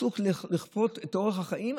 סוג של לכפות את אורח החיים,